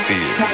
Fear